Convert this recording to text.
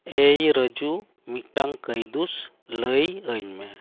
ᱮᱹᱭ ᱨᱟᱹᱡᱩ ᱢᱤᱫᱴᱟᱝ ᱠᱟᱹᱭᱫᱩᱥ ᱞᱟᱹᱭ ᱟᱹᱧ ᱢᱮ